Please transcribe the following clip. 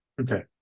okay